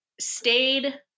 stayed